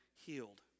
healed